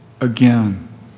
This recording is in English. again